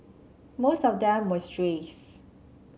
most of them were strays